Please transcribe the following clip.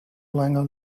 longer